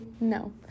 no